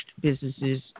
businesses